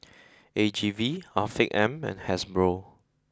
A G V Afiq M and Hasbro